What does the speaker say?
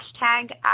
hashtag